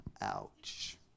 Ouch